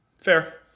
Fair